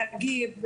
להגיב,